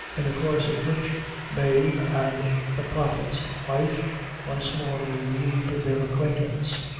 in the course of which mave and the prophet's wife once more renewed their acquaintance.